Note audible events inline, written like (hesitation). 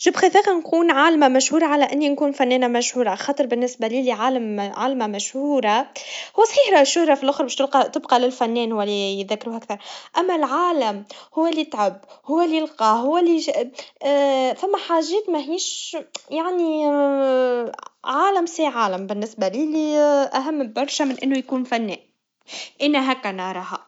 انا بفضل نكون عالما مشهورا, على أني نكون فنانا مشهور, عخاطر بالنسبا لي, عالم- عالما مشهورا, وفيرا شهرا فالآخر والشهرا, تبقى للفنان وليذكروه أكتر, أما العالم هو اللي يتعب, هو اللي يلقا, هو اللي يج- (hesitation) ثما حاجات مهيش, يعني (hesitation) عالم سي عالم, بالنسبا لي أهم برشا, من إنه يكون فنان, إنا هكا نراها.